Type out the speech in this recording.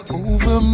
over